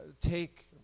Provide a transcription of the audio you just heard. take